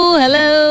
hello